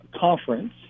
conference